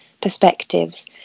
perspectives